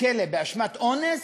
לכלא באשמת אונס,